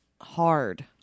hard